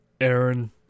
Aaron